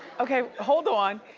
okay, hold on.